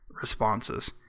responses